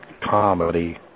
comedy